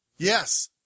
Yes